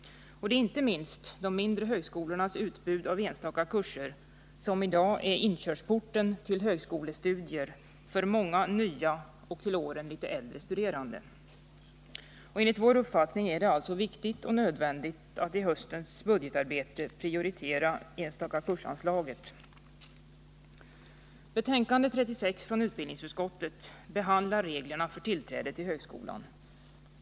Det är inte minst de mindre högskolornas utbud av enstaka kurser som i dag är inkörsporten till högskolestudier för många nya och till åren litet äldre studerande. Enligt vår uppfattning är det alltså viktigt och nödvändigt att i höstens budgetarbete prioritera anslaget till enstaka kurser. till högskolan.